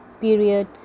period